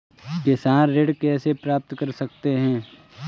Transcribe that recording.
किसान ऋण कैसे प्राप्त कर सकते हैं?